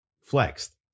flexed